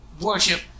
worship